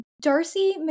Darcy